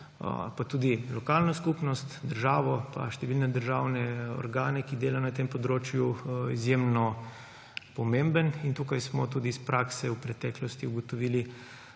pa tudi lokalno skupnost, državo in številne državne organe, ki delajo na tem področju, izjemno pomemben. Tukaj smo tudi iz prakse v preteklosti ugotovili,